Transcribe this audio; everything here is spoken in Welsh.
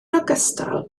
ogystal